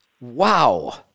wow